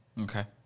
Okay